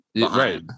right